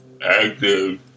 active